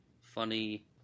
funny